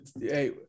hey